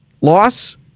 loss